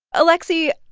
alexi,